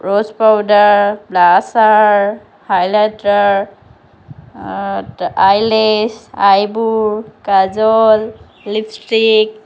rose powder blusher highlighter eyelash eyebrow kajal lipstick